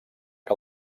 que